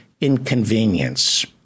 inconvenience